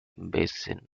basin